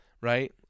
right